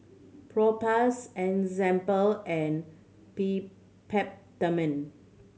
Propass Enzyplex and Peptamen